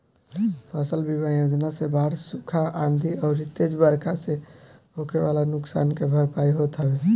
फसल बीमा योजना से बाढ़, सुखा, आंधी अउरी तेज बरखा से होखे वाला नुकसान के भरपाई होत हवे